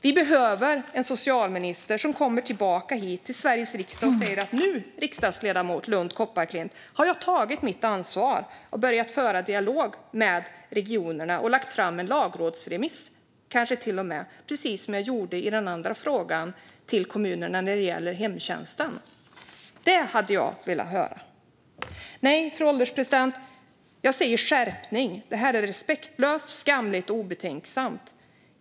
Vi behöver en socialminister som kommer tillbaka hit till Sveriges riksdag och säger: Nu, riksdagsledamoten Lund Kopparklint, har jag tagit mitt ansvar och börjat föra dialog med regionerna och kanske till och med lagt fram en lagrådsremiss, precis som jag gjorde i den andra frågan med kommunerna när det gäller hemtjänsten. Det hade jag velat höra. Nej, fru ålderspresident, jag säger skärpning! Detta är respektlöst, skamligt och obetänksamt.